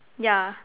ya